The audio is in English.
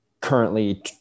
currently